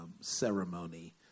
ceremony